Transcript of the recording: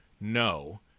no